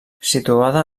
situada